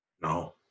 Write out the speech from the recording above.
No